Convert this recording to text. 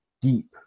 deep